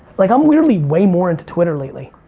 like i'm weirdly way more into twitter lately.